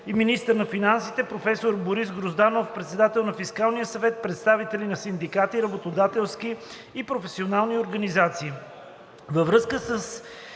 и министър на финансите; професор Борис Грозданов – председател на Фискалния съвет; представители на синдикатите, работодателски и професионални организации